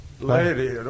lady